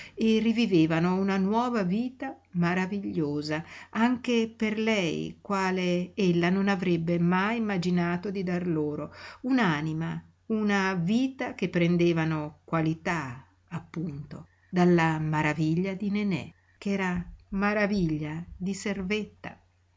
e rivivevano una nuova vita maravigliosa anche per lei quale ella non avrebbe mai immaginato di dar loro un'anima una vita che prendevano qualità appunto dalla maraviglia di nenè ch'era maraviglia di servetta